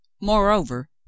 Moreover